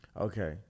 Okay